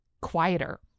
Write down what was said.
quieter